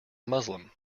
muslim